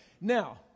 Now